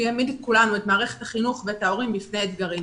העמיד את מערכת החינוך ואת ההורים בפני אתגרים.